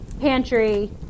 pantry